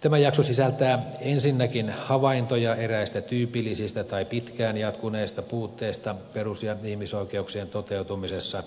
tämä jakso sisältää ensinnäkin havaintoja eräistä tyypillisistä tai pitkään jatkuneista puutteista perus ja ihmisoikeuksien toteutumisessa